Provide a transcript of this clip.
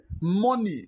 money